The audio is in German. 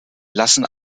lassen